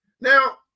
Now